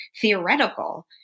theoretical